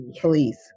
please